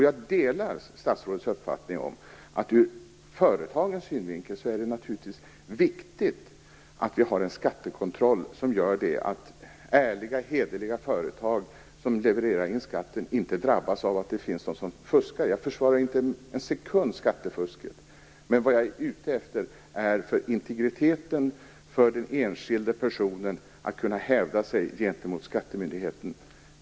Jag delar statsrådets uppfattning att det ur företagens synvinkel naturligtvis är viktigt att ha en skattekontroll som gör att ärliga, hederliga företag som levererar in skatt inte drabbas av att det finns de som fuskar. Jag försvarar inte skattefusket en sekund. Men vad jag är ute efter är integriteten för den enskilde personen när det gäller att kunna hävda sig gentemot skattemyndigheten.